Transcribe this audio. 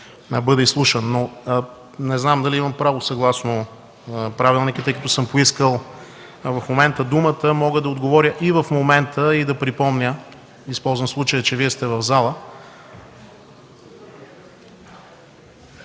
бъда изслушан. Не знам дали имам право, съгласно правилника, тъй като съм поискал в момента думата, мога да отговоря и в момента и да припомня... (Шум и реплики.) Използвам случая, че Вие сте в залата...